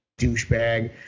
douchebag